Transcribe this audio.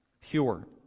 pure